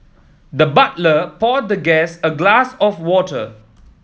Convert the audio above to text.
the butler poured the guest a glass of water